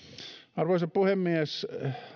arvoisa puhemies